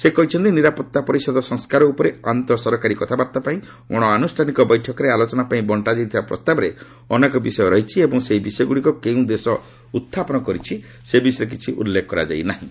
ସେ କହିଛନ୍ତି ନିରାପତ୍ତା ପରିଷଦ ସଂସ୍କାର ଉପରେ ଆନ୍ତଃ ସରକାରୀ କଥାବାର୍ତ୍ତା ପାଇଁ ଅଣଆନୁଷ୍ଠାନିକ ବୈଠକରେ ଆଲୋଚନାପାଇଁ ବଙ୍କାଯାଇଥିବା ପ୍ରସ୍ତାବରେ ଅନେକ ବିଷୟ ରହିଛି ଏବଂ ସେହି ବିଷୟଗୁଡ଼ିକ କେଉଁ ଦେଶ ଉପସ୍ଥାପନ କରିଛି ସେ ବିଷୟରେ କିଛି ଉଲ୍ଲେଖ କରାଯାଇ ନାହିଁ